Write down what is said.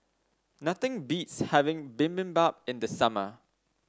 nothing beats having Bibimbap in the summer